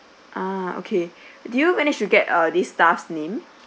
ah okay did you manage to get err this staff's name